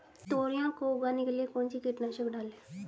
तोरियां को उगाने के लिये कौन सी कीटनाशक डालें?